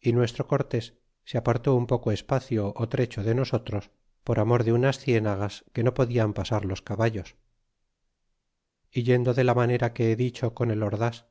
y nuestro cortés se apartó un poco espacio ó trecho de nosotros por amor de unas cienegas que no podian pasar los caballos yendo de la manera que he dicho con el ordás